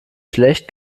schlecht